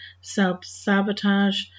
self-sabotage